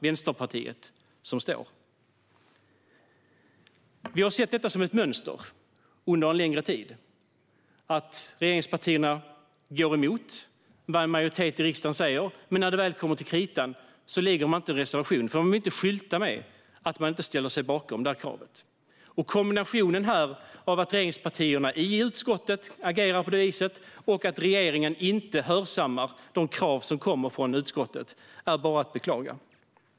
Det har under en längre tid varit ett mönster att regeringspartierna går emot vad en majoritet i riksdagen säger men att de sedan inte reserverar sig för att de inte vill skylta med att de inte ställer sig bakom kravet. Kombinationen av att regeringspartierna agerar så i utskottet och att regeringen inte hörsammar utskottets krav är bara att beklaga.